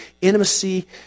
intimacy